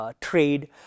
trade